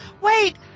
Wait